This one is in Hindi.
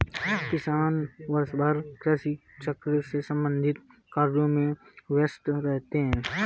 किसान वर्षभर कृषि चक्र से संबंधित कार्यों में व्यस्त रहते हैं